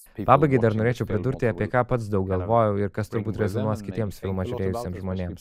pabaigai dar norėčiau pridurti apie ką pats daug galvojau ir kas turbūt rezonuos kitiems filmą žiūrėjusiems žmonėms